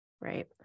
right